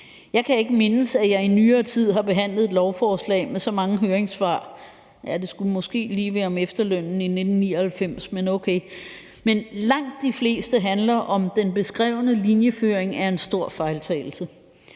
Jeg kan ikke mindes, at jeg i nyere tid har behandlet et lovforslag med så mange høringssvar. Ja, det skulle måske lige være om efterlønnen i 1999, men okay. Langt de fleste handler om, at den beskrevne linjeføring er en stor fejltagelse,